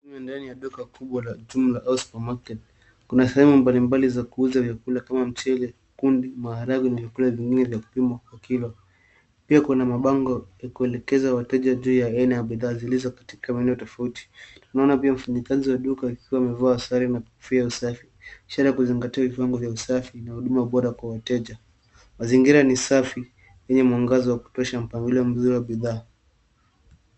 Humu ni ndani ya duka kubwa la jumla au supermarket , kuna sehemu mbali mbali za kuuza vyakula kama mchele, kunde, maharagwe na vyakula vingine vya kupimwa kwa kilo . Pia kuna mabango ya kuelekeza wateja juu ya aina ya bidhaa zilizo katika maeneo tofauti. Tunaona pia mfanyikazi wa duka akiwa amevaa sare na kofia ya usafi, ishara ya kuzingatia viwango vya usafi inayo huduma bora kwa wateja. Mazingira ni safi yenye mwangaza wa kutosha mpangilio mzuri wa bidhaa.